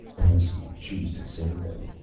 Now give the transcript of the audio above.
unless you choose to save them.